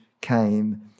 came